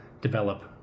develop